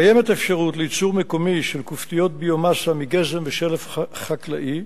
קיימת אפשרות לייצור מקומי של כופתיות ביו-מאסה מגזם ושלף חקלאי,